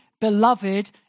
Beloved